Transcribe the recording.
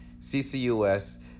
CCUS